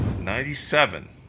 ninety-seven